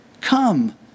come